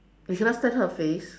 you cannot stand her face